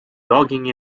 logging